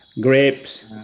grapes